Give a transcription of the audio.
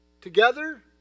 together